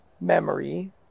memory